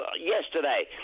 yesterday